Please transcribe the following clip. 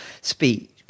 speech